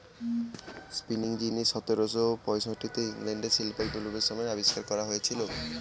spinning jenny সতেরোশো পয়ষট্টিতে ইংল্যান্ডে শিল্প বিপ্লবের সময় আবিষ্কার করা হয়েছিল